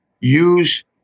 Use